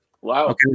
Wow